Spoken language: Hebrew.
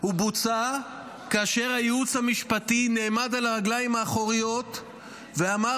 הוא בוצע כאשר הייעוץ המשפטי נעמד על הרגליים האחוריות ואמר